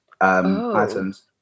items